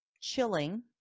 chilling